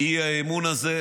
האי-אמון הזה,